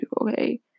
okay